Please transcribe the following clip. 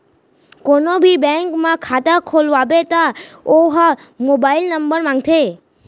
कोनो भी बेंक म खाता खोलवाबे त ओ ह मोबाईल नंबर मांगथे